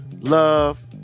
love